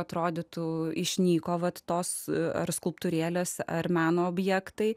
atrodytų išnyko vatos ar skulptūrėlės ar mano objektai